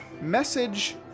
message